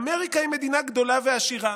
"אמריקה היא מדינה גדולה ועשירה,